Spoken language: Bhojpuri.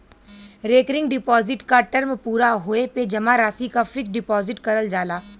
रेकरिंग डिपाजिट क टर्म पूरा होये पे जमा राशि क फिक्स्ड डिपाजिट करल जाला